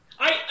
I-